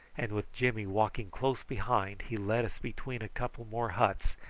and with jimmy walking close behind he led us between a couple more huts,